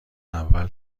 اول